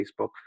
Facebook